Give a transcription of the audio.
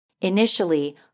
Initially